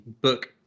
book